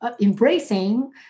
embracing